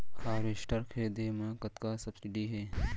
Harvester खरीदे म कतना सब्सिडी हे?